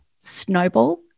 snowball